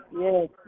yes